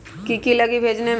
की की लगी भेजने में?